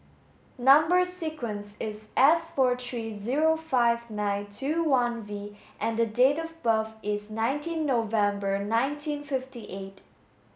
number sequence is S four three zero five nine two one V and date of birth is nineteen November nineteen fifty eight